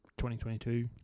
2022